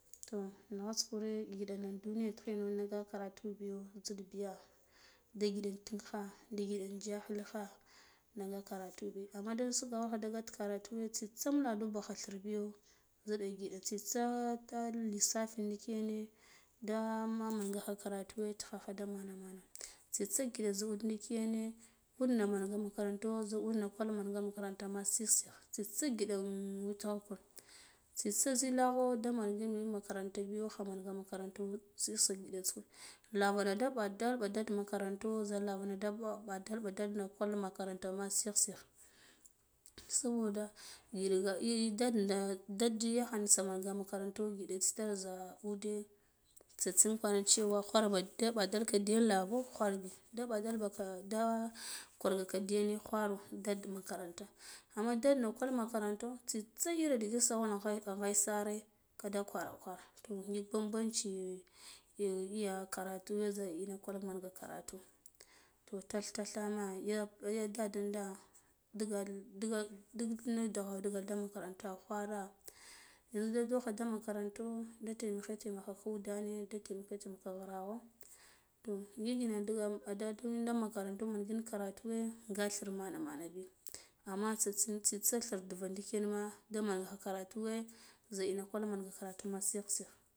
Toh naghata vure ngiɗana nduniyana tighino da nga karatu biyo ziɗ biya da giɗa tuk kha da giɗa in jakhili kha ndaka karatu bi amma da sugokha da gat karatu we tsitsa mbuladu kha thir biyo ziɗa ngiɗa tsi tsa da. lissafi ndikane nda mankha manga karatuwe tighagha da mana mana tsitsa giɗa zu ndikine udna manami nga makaranto za una kwal makaranta mi sigh sigh tsitsa ngida un witgha kur tsitsa zilakho daman ngin men makaranta biyo kha manga makaranto sigh sigh giɗata kure lavana da mba ɓadal ɓa dal makaranto za lavana da mba mɓeɓe ɓatar makaranta sigh sigh saboda ngiɗaga ei dadna dad yagha na sa manga man makaranto ngidi tsir za ude tsatsin khwaran cewa ghwarba da bid alka da yen lavo khwar bi da badal baka da kwargaka dayane ghwiro dad makaranta amma da nakol makaranta tsitsa iri dige sawa neghaya sare kada ghwara ghwara to ngile banbanci ya karatuwe za ina kwal mangi karatu toh tath tathe me ya ya dadanda digal dig di ni dughawo makaranta ghware yanzu de dokhe de makaranto tema kha tema kho udene da temaka tenaka ghragbo to ngile na digam adolda makaranta ngiv karatuwe ga thir mene mana bi amma tsatsin tsitsa thir tuvuna damankha karatuwe za ina kwal mange karatu ma sigh sigh.